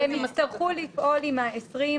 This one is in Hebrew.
הם יצטרכו לפעול עם 30